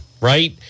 right